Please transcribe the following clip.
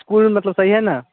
school मतलब सही है ना